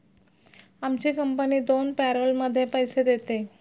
आमची कंपनी दोन पॅरोलमध्ये पैसे देते